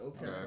Okay